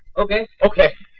okay. okay.